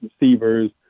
receivers